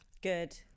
Good